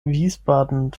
wiesbaden